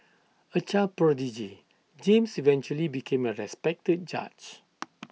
A child prodigy James eventually became A respected judge